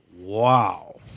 wow